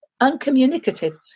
uncommunicative